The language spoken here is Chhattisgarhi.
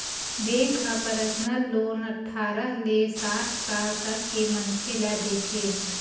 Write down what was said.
बेंक ह परसनल लोन अठारह ले साठ साल तक के मनखे ल देथे